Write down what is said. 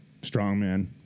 strongman